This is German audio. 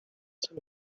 zum